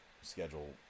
schedule